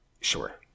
sure